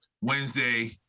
Wednesday